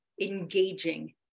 engaging